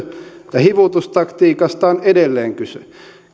ja hivutustaktiikasta on edelleen kyse